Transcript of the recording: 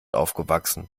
aufgewachsen